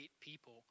people